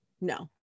no